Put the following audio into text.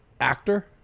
Actor